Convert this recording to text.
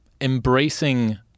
embracing